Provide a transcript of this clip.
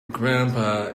grandpa